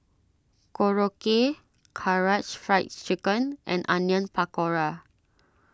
Korokke Karaage Fried Chicken and Onion Pakora